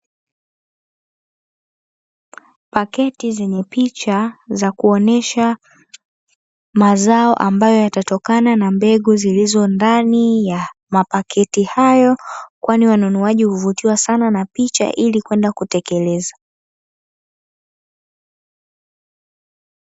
Paketi zenye picha za kuonesha mazao ambayo yatatokana na mbegu zilizo ndani ya mapaketi hayo, kwani wanunuaji huvutiwa sana na picha ili kwenda kutekeleza.